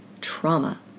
trauma